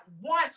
one